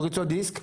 פריצת דיסק,